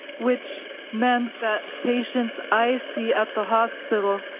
which meant that patients i see at the hospital